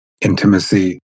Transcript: Intimacy